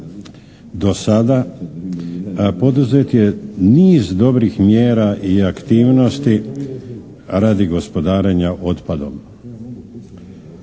do sada poduzet je niz dobrih mjera i aktivnosti radi gospodarenja otpadom.